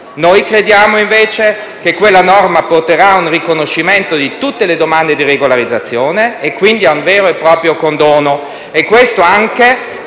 Noi crediamo, invece, che quella norma porterà al riconoscimento di tutte le domande di regolarizzazione e, quindi, ad un vero e proprio condono e questo anche